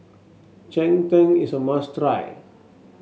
Cheng Tng is a must try